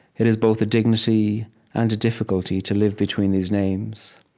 it is both a dignity and a difficulty to live between these names,